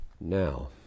now